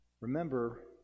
remember